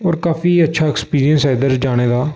होर काफी अच्छा ऐक्सपीरिंस ऐ इद्धर जाने दा